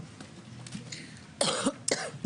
אפרת,